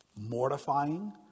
mortifying